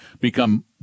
become